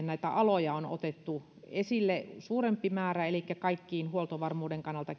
näitä aloja on otettu esille suurempi määrä elikkä kaikki huoltovarmuuden kannalta